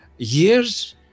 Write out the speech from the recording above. Years